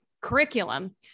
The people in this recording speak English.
curriculum